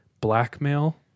blackmail